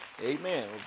amen